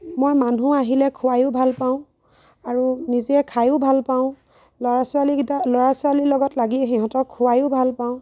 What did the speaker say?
মই মানুহ আহিলে খুৱায়ো ভাল পাওঁ আৰু নিজে খায়ো ভাল পাওঁ ল'ৰা ছোৱালীকেইটা ল'ৰা ছোৱালী লগত লাগি সিহঁতক খুৱায়ো ভাল পাওঁ